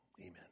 Amen